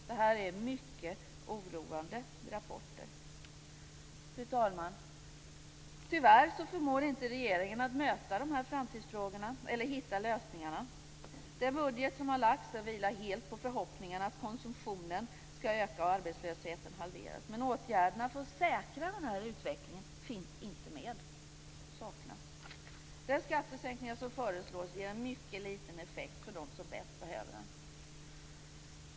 Det här är mycket oroande rapporter. Fru talman! Tyvärr förmår inte regeringen att möta de här framtidsfrågorna eller hitta lösningarna. Den budget som har lagts fram vilar helt på förhoppningarna att konsumtionen skall öka och arbetslösheten halveras. Men åtgärderna för att säkra den här utvecklingen finns inte med. De saknas. De skattesänkningar som föreslås ger mycket liten effekt för dem som bäst behöver den.